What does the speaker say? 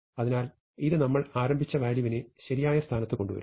അതിനാൽ ഇത് നമ്മൾ ആരംഭിച്ച വാല്യൂവിനെ ശരിയായ സ്ഥാനത്ത് കൊണ്ടുവരുന്നു